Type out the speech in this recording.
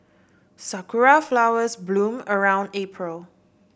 sakura flowers bloom around April